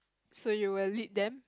so you will lead them